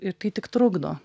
ir tai tik trukdo